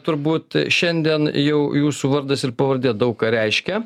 turbūt šiandien jau jūsų vardas ir pavardė daug ką reiškia